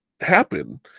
happen